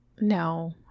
No